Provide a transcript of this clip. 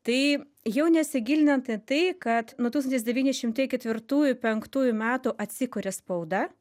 tai jau nesigilinant į tai kad nuo tūkstantis devyni šimtai ketvirtųjų penktųjų metų atsikuria spauda